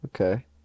Okay